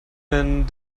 wenn